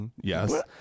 Yes